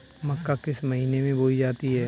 मक्का किस महीने में बोई जाती है?